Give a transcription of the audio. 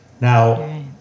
Now